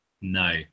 No